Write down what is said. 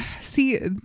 See